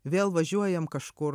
vėl važiuojam kažkur